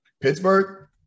Pittsburgh